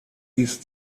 ist